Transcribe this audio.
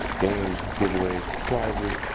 games, giveaways, prizes,